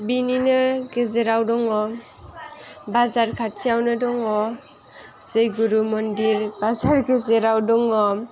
बेनिनो गेजेराव दङ बाजार खाथियावनो दङ जय गुरु मन्दिर बाजार गेजेराव दङ